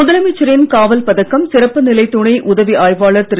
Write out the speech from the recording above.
முதலமைச்சரின் காவல் பதக்கம் சிறப்பு நிலை துணை உதவி ஆய்வாளர் திரு